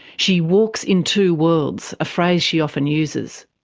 she walks in two worlds, a phrase she often uses.